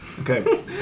Okay